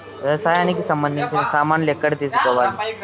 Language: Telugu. వ్యవసాయానికి సంబంధించిన సామాన్లు ఎక్కడ తీసుకోవాలి?